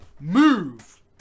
Move